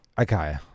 Okay